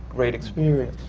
great experience.